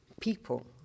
people